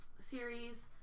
series